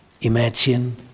Imagine